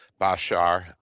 Bashar